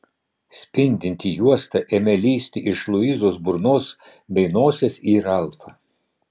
spindinti juosta ėmė lįsti iš luizos burnos bei nosies į ralfą